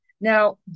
now